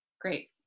great